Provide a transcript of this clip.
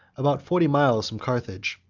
about forty miles from carthage.